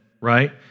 right